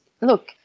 look